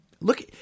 look